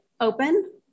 open